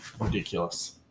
ridiculous